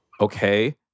Okay